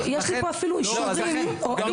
יובל, אם תוכל